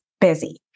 busy